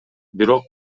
бирок